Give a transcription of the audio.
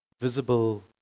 visible